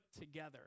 together